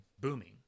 booming